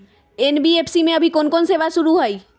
NBFC में अभी कोन कोन सेवा शुरु हई?